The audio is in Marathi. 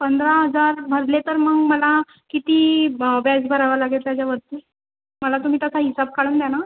पंधरा हजार भरले तर मग मला किती ब् व्याज भरावा लागेल त्याच्यावरती मला तुम्ही तसा हिशेब काढून द्या ना